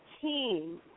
team